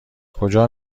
کجا